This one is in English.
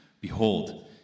behold